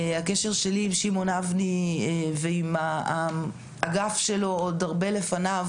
הקשר שלי עם שמעון אבני ועם האגף שלו - עוד הרבה לפניו,